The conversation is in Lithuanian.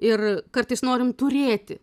ir kartais norim turėti